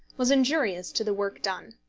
was injurious to the work done.